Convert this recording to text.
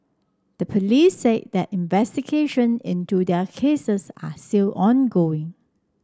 the police said that investigation into their cases are still ongoing